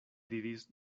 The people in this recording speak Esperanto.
diris